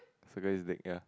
circle his dick ya